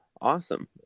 awesome